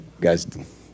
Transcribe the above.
guys